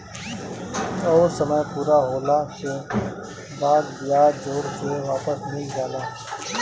अउर समय पूरा होला के बाद बियाज जोड़ के वापस मिल जाला